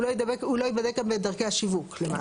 הוא לא ייבדק בדרכי השיווק למעשה.